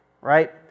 right